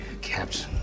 Captain